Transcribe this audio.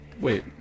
Wait